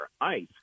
ice